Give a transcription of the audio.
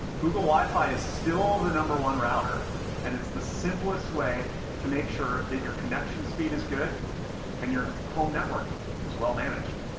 google wifi is still the number one router and it's the simplest way to make sure that your connection speed is good and your home network is well managed.